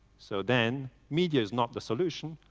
so then media is not the solution,